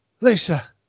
Lisa